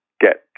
get